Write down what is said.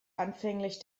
anfänglich